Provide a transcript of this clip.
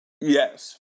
Yes